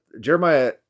Jeremiah